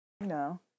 no